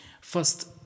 First